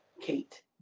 Kate